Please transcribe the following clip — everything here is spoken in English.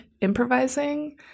improvising